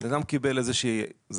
בן אדם קיבל זכאות